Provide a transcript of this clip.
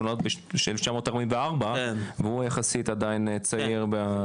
שנולד ב-1944 והוא יחסית עדיין צעיר.